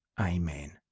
Amen